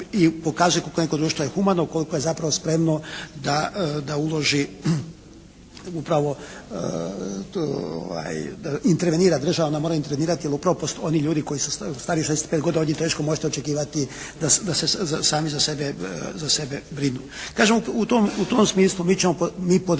i pokazuje koliko neko društvo je humano, koliko je zapravo spremno da uloži upravo intervenira država. Ona mora intervenirati jer upravo oni ljudi koji su stari 65 godina od njih teško možete očekivati da se sami za sebe, za sebe brinu. Kažem u tom, u tom smislu mi ćemo, mi podržavamo,